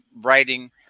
writing